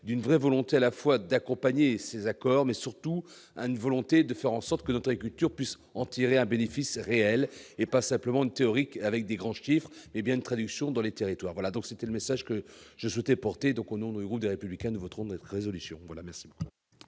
d'une vraie volonté à la fois d'accompagner ces accords, mais surtout à une volonté de faire en sorte que notre écriture puisse en tirer un bénéfice réel et pas simplement une théorie avec des grands chiffres hé bien une traduction dans les territoires, voilà donc, c'était le message que je souhaitais porter donc au nom de groupe des républicains ne voteront de résolution voilà merci.